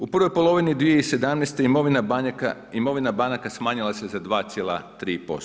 U prvoj polovini 2017. imovina banaka smanjila se za 2,3%